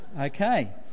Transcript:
Okay